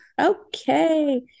Okay